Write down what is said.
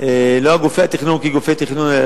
לא גופי התכנון כגופי תכנון,